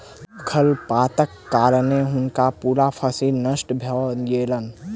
खरपातक कारणें हुनकर पूरा फसिल नष्ट भ गेलैन